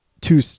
two